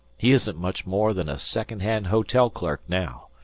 he isn't much more than a second-hand hotel clerk now.